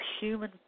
human